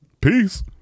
Peace